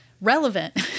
relevant